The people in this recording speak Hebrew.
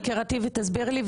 תסבירי לי,